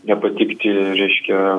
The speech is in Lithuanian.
nepatikti reiškia